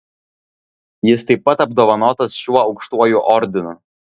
jis taip pat apdovanotas šiuo aukštuoju ordinu